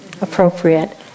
Appropriate